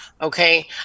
okay